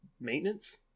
Maintenance